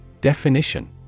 Definition